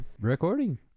Recording